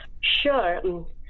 Sure